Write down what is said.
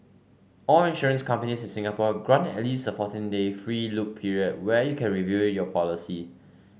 all insurance companies in Singapore grant at least a fourteen day free look period where you can review your policy